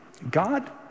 God